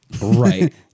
right